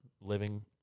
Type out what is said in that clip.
living